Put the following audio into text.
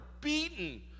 beaten